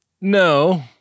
No